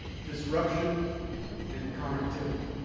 disruption and connectivity.